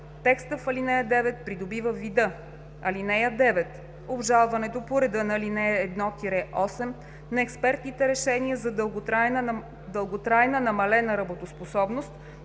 текстът в ал. 9 придобива вида: „(9) Обжалването по реда на ал. 1 – 8 на експертните решения за дълготрайна намалена работоспособност